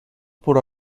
por